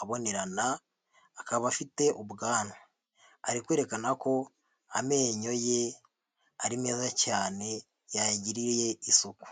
abonerana akaba afite ubwanwa ari kwerekana ko amenyo ye ari meza cyane yayagiriye isuku.